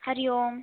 हरिः ओम्